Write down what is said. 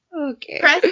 Okay